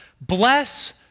bless